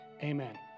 amen